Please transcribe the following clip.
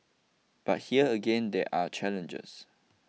but here again there are challenges